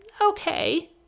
okay